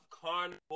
Carnival